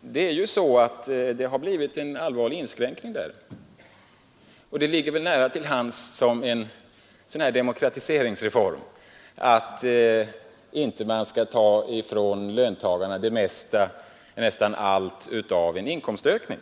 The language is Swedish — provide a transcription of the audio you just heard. Det har ju blivit en allvarlig inskränkning därvidlag. Det ligger väl nära till hands som en demokratiseringsreform att man inte skall ta ifrån löntagarna nästan allt av en inkomstökning.